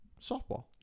softball